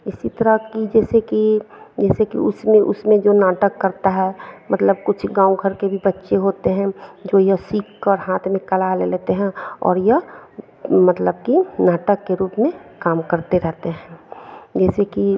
इसी तरह की जैसे कि जैसे की उसमें उसमें जो नाटक करता है मतलब कुछ गाँव घर के भी बच्चे होते हैं जो यह सीखकर हाथ में कला ले लेते हैं और यह मतलब कि नाटक कि रूप में काम करते रहते हैं जैसे कि